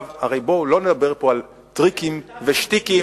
בואו לא נדבר פה על טריקים ושטיקים,